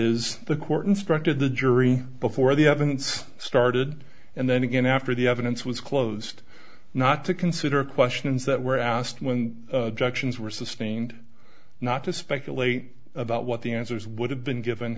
instructed the jury before the evidence started and then again after the evidence was closed not to consider questions that were asked when junctions were sustained not to speculate about what the answers would have been given